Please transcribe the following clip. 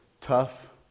tough